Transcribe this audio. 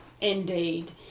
Indeed